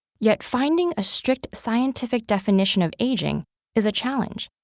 yet finding a strict scientific definition of aging is a challenge.